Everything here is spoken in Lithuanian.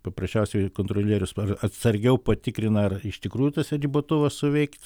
paprasčiausiai kontrolierius atsargiau patikrina ar iš tikrųjų tas ribotuvas suveikt